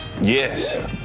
Yes